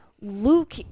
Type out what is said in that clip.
Luke